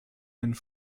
and